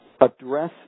address